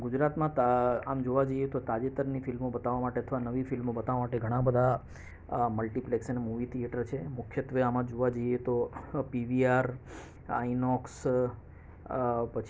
ગુજરાતમાં તો આમ જોવા જઈએ તો તાજેતરની ફિલ્મો બતાવવા માટે અથવા નવી ફિલ્મો બતાવવા માટે ઘણા બધા મલ્ટીપ્લેક્સ અને મૂવી થિએટર છે મુખ્યત્વે આમાં જોવા જઈએ તો પીવીઆર આઇનોક્સ પછી